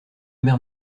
mère